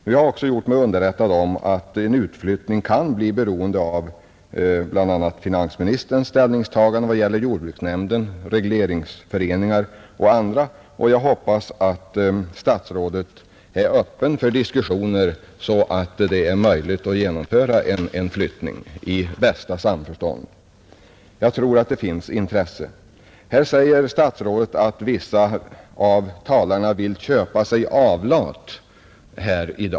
Jag har också gjort mig underrättad om att en utflyttning kan bli beroende av finansministerns ställningstagande i vad gäller jordbruksnämnden, regleringsföreningar och andra institutioner. Jag hoppas att statsrådet är öppen för diskussioner, så att det blir möjligt att genomföra en flyttning i bästa samförstånd. Jag tror att det finns intresse för det. Här säger statsrådet att vissa av talarna i dag vill köpa sig avlat.